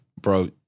bro